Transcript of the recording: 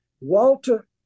Walter